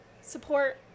Support